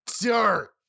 dirt